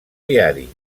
diari